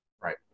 Right